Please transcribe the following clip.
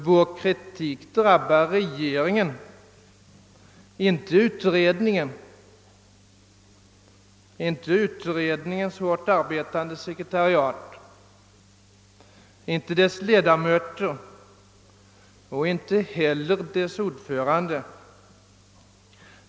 Vår kritik drabbar regeringen, inte utredningen, inte utredningens hårt arbetande sekretariat, inte heller utredningens ledamöter eller ens dess ordförande.